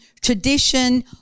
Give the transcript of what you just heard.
tradition